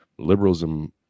liberalism